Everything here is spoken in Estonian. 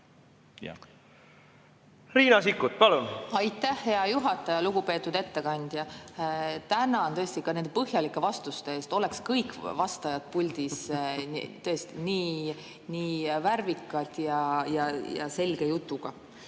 Riina Sikkut, palun! Aitäh, hea juhataja! Lugupeetud ettekandja! Tänan tõesti ka nende põhjalike vastuste eest, oleks kõik vastajad puldis nii värvika ja selge jutuga.